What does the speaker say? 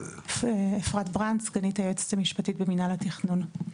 אפרת ברנד סגנית היועצת המשפטית במינהל התכנון,